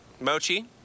Mochi